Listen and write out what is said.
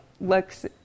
looks